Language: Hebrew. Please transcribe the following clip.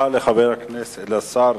תודה לשר